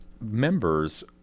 members